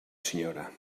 senyora